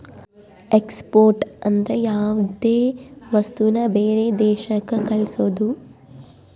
export ಅಂದ್ರ ಯಾವ್ದೇ ವಸ್ತುನ ಬೇರೆ ದೇಶಕ್ ಕಳ್ಸೋದು